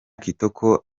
kitoko